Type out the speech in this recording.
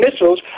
missiles